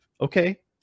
Okay